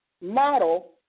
model